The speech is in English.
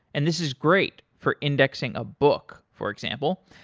and this is great for indexing a book, for example.